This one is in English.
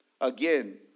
again